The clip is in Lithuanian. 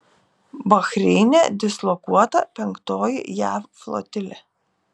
bahreine dislokuota penktoji jav flotilė